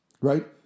Right